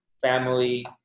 family